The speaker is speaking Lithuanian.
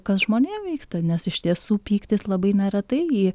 kas žmonėm vyksta nes iš tiesų pyktis labai neretai į